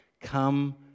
Come